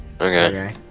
Okay